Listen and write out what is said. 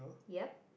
yup